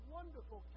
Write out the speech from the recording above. Wonderful